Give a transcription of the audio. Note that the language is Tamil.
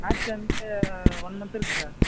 மேட்ச்சி வந்து ஒன் மந்த்து இருக்கும் சார்